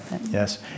yes